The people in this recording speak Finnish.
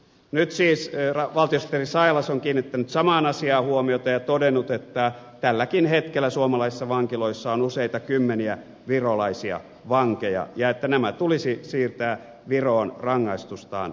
nyt siis valtiosihteeri sailas on kiinnittänyt samaan asiaan huomiota ja todennut että tälläkin hetkellä suomalaisissa vankiloissa on useita kymmeniä virolaisia vankeja ja että nämä tulisi siirtää viroon rangaistustaan kärsimään